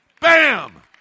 Bam